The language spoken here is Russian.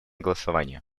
голосование